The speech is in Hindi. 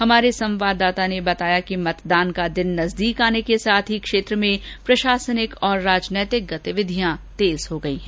हमारे संवाददाता ने बताया कि मतदान का दिन पास आने के साथ ही क्षेत्र में प्रशासनिक और राजनीतिक गतिविधियां तेज हो गई हैं